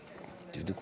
תִפָּדה"